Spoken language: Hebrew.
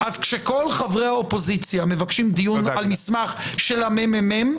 אז כשכל חברי האופוזיציה מבקשים דיון על מסמך של הממ"מ,